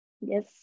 Yes